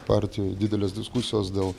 partijoj didelės diskusijos dėl